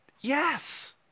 Yes